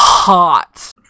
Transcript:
Hot